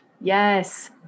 Yes